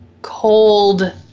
cold